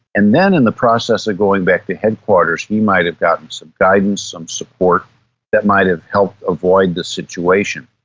and then in the process of going back to headquarters he might have gotten some guidance, some support that might have helped avoid the situation.